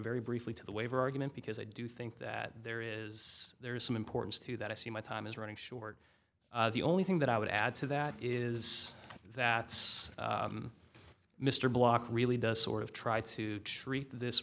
very briefly to the waiver argument because i do think that there is there is some importance to that i see my time is running short the only thing that i would add to that is that it's mr block really does sort of try to treat this